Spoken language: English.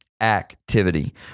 activity